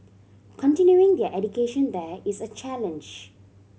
continuing their education there is a challenge